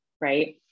right